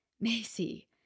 Macy